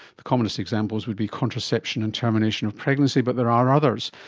the commonest examples would be contraception and termination of pregnancy but there are others.